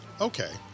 okay